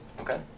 Okay